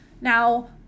Now